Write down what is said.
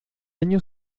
año